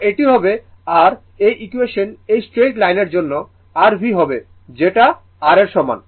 তো এটি হবে r এই ইকুয়েশন এই স্ট্রেইট লাইনের জন্য r V হবে যেটা r এর সমান